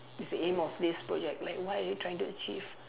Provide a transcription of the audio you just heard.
is the aim of this project like why are you trying to achieve